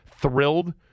Thrilled